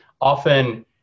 often